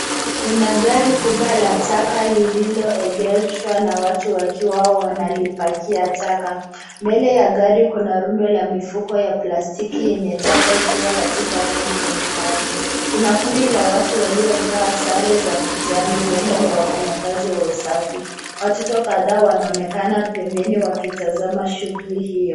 Kuna gari kubwa la taka lililoegeshwa na watu wakiwa wanalipakia taka. Mbele ya gari kuna rundo la mifuko ya plastiki yenye taka ikiwa katika rangi mbalimbali. Kuna kundi la watu waliovaa sare za kijani huenda ni wafanyikazi wa usafi. Watoto kadhaa wanaonekana pembeni wakitazama shughuli hiyo.